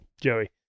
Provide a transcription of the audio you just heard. Joey